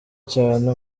cyane